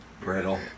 Brittle